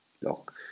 look